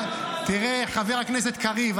חבר הכנסת קריב,